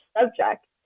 subject